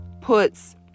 puts